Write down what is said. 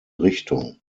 richtung